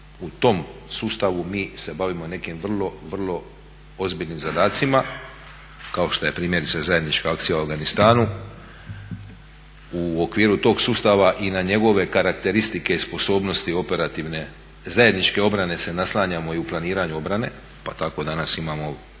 u tom sustavu mi se bavimo nekim vrlo, vrlo ozbiljnim zadacima kao što je primjerice zajednička akcija u Afganistanu. U okviru tog sustava i na njegove karakteristike i sposobnosti operativne zajedničke obrane se naslanjamo i u planiranju obrane, pa tako danas imamo